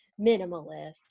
minimalist